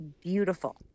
beautiful